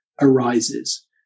arises